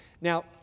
Now